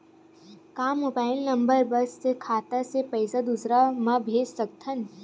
का mobile number बस से खाता से पईसा दूसरा मा भेज सकथन?